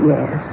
Yes